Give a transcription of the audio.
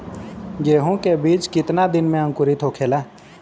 गेहूँ के बिज कितना दिन में अंकुरित होखेला?